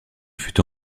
fut